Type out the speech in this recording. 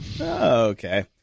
Okay